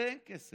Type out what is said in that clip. לזה אין כסף.